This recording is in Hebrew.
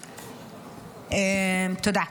תודה.